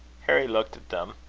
harry looked at them.